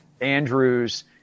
Andrews